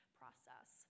process